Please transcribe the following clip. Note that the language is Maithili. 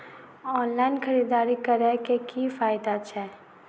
ऑनलाइन खरीददारी करै केँ की फायदा छै?